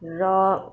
र